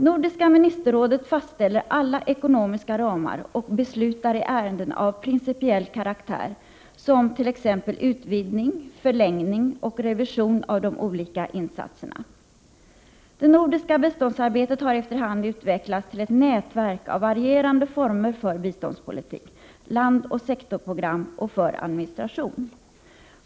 Nordiska ministerrådet fastställer alla ekonomiska ramar och beslutar i ärenden av principiell karaktär som t.ex. utvidgning, förlängning och revision av de olika insatserna. Det nordiska biståndsarbetet har efter hand utvecklats till ett nätverk av varierande former för biståndspolitik, landoch sektorprogram och för administration.